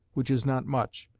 which is not much,